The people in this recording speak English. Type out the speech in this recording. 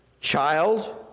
child